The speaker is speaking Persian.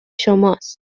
شماست